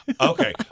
Okay